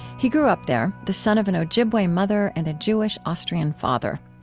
he grew up there, the son of an ojibwe mother and a jewish-austrian father.